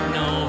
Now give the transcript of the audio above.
no